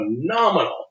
phenomenal